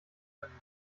können